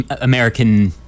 American